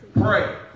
Pray